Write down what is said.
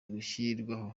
gushyirwaho